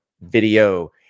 video